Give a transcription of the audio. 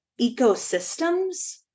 ecosystems